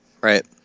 Right